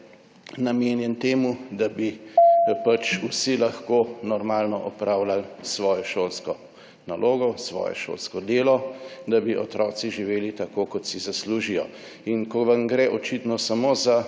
namenjen temu, da bi lahko vsi normalno opravljali svojo šolsko nalogo, svoje šolsko delo, da bi otroci živeli tako, kot si zaslužijo. In ko vam gre očitno samo za